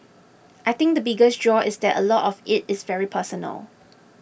I think the biggest draw is that a lot of it is very personal